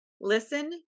Listen